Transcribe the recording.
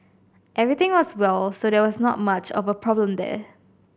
everything was well so there's not much of a problem there